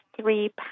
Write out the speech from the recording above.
three